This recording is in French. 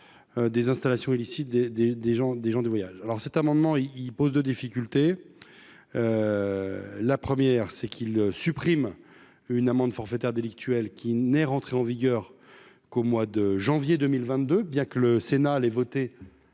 des installations illicite des, des, des gens, des gens du voyage, alors cet amendement, il pose de difficulté : la première c'est qu'ils suppriment une amende forfaitaire délictuelle, qui n'est rentré en vigueur qu'au mois de janvier 2022, bien que le Sénat les voter